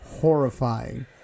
horrifying